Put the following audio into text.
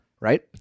Right